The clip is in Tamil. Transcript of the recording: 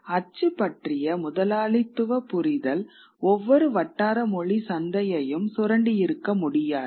அச்சு பற்றிய முதலாளித்துவ புரிதல் ஒவ்வொரு வட்டாரமொழி சந்தையையும் சுரண்டியிருக்க முடியாது